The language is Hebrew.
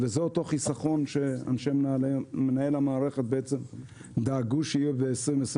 וזאת תוך חיסכון שאנשי מנהל המערכת דאגו שיהיה ב-2022.